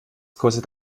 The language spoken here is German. kostet